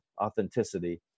authenticity